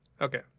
okay